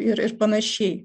ir ir panašiai